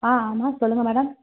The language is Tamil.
ஆ ஆமாம் சொல்லுங்கள் மேடம்